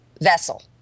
vessel